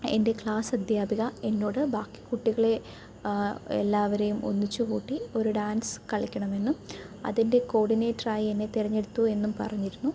എൻ്റെ ക്ലാസ് അദ്ധ്യാപിക എന്നോട് ബാക്കി കുട്ടികളെ എല്ലാവരെയും ഒന്നിച്ചു കൂട്ടി ഒരു ഡാൻസ് കളിക്കണമെന്നും അതിൻ്റെ കോഡിനേറ്ററായി എന്നെ തിരഞ്ഞെടുത്തൂ എന്നും പറഞ്ഞിരുന്നു